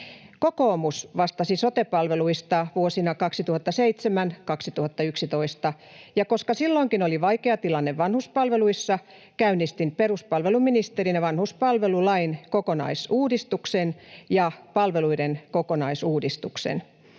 Kokoomus vastasi sote-palveluista vuosina 2007—2011, ja koska silloinkin oli vaikea tilanne vanhuspalveluissa, käynnistin peruspalveluministerinä vanhuspalvelulain ja -palveluiden kokonaisuudistuksen